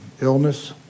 illness